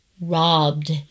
robbed